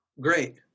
Great